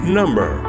number